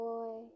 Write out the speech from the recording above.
Boy